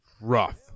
rough